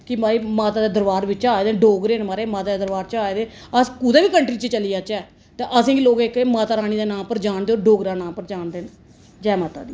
कि माता दे दरवार बिचा आए दे डोगरे ना महाराज माता दे दरवार च आए दे अस कुदे बी कन्ट्री चली जाह्चै ते आसेंगी लोक इक माता रानी दे नां उप्पर जानदे और डोगरा दे नां उप्पर जानदे ना जय माता दी